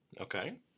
Okay